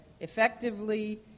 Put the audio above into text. effectively